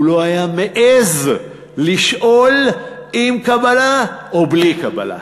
הוא לא היה מעז לשאול "עם קבלה או בלי קבלה?"